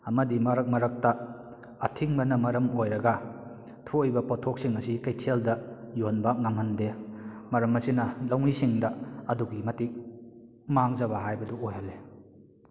ꯑꯃꯗꯤ ꯃꯔꯛ ꯃꯔꯛꯇ ꯑꯊꯤꯡꯕꯅ ꯃꯔꯝ ꯑꯣꯏꯔꯒ ꯊꯣꯛꯏꯕ ꯄꯣꯠꯊꯣꯛꯁꯤꯡ ꯑꯁꯤ ꯀꯩꯊꯦꯜꯗ ꯌꯧꯍꯟꯕ ꯉꯝꯍꯟꯗꯦ ꯃꯔꯝ ꯑꯁꯤꯅ ꯂꯧꯃꯤꯁꯤꯡꯗ ꯑꯗꯨꯛꯀꯤ ꯃꯇꯤꯛ ꯃꯪꯖꯕ ꯍꯥꯏꯕꯗꯨ ꯑꯣꯏꯍꯜꯂꯦ